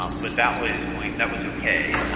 um but that was going that was okay.